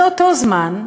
באותו זמן,